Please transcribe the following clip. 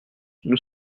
nous